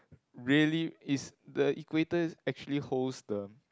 really is the Equator actually holds the